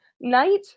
night